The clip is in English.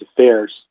Affairs